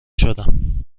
شدم